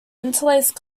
interlaced